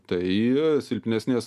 tai silpnesnės